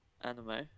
anime